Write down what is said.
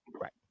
right